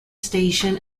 station